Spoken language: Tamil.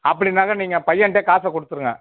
அப்படினாக்க நீங்கள் பையன்கிட்டயே காசை கொடுத்துருங்க